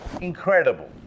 incredible